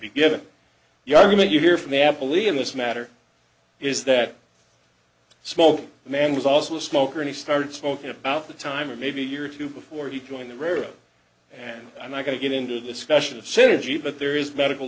be given the argument you hear from abilene this matter is that small man was also a smoker and he started smoking about the time or maybe a year or two before he joined the air and i'm not going to get into a discussion of synergy but there is medical